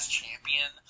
champion